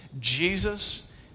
Jesus